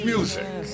Music